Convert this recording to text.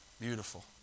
beautiful